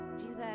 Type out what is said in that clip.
Jesus